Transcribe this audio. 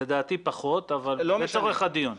לדעתי פחות, אבל לצורך הדיון.